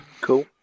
Cool